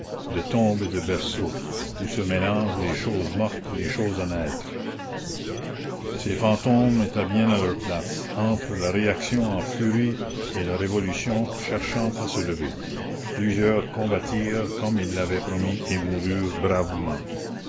de tombe et de berceau où se mélangent les choses mortes et les choses à naître ces fantômes étaient bien à leur place entre la réaction en furie et la révolution cherchant à se lever plusieurs combattirent comme ils l'avaient promis et moururent bravement